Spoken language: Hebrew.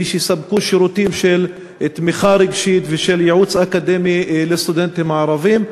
ושיספקו שירותים של תמיכה רגשית ושל ייעוץ אקדמי לסטודנטים הערבים.